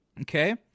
okay